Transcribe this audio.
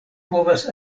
povas